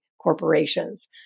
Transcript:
corporations